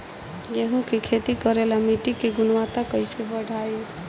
गेहूं के खेती करेला मिट्टी के गुणवत्ता कैसे बढ़ाई?